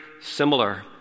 similar